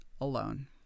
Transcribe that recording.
alone